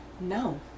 No